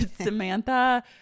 Samantha